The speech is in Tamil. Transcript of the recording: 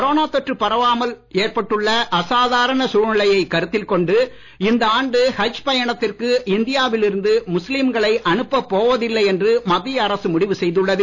கொரோனா தொற்று பரவலால் ஏற்பட்டுள்ள அசாதாரண சூழநிலையைக் கருத்தில் கொண்டு இந்த ஆண்டு ஹஜ் பயணத்திற்கு இந்தியாவில் இருந்து முஸ்லிம்களை அனுப்பப் போவதில்லை என்று மத்திய அரசு முடிவு செய்துள்ளது